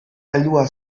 heldua